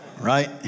Right